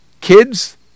kids